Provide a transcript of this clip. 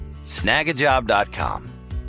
Snagajob.com